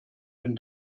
den